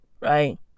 right